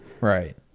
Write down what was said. Right